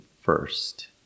first